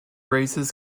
races